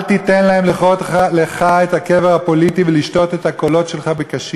אל תיתן להם לכרות לך את הקבר הפוליטי ולשתות את הקולות שלך בקשית.